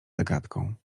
zagadką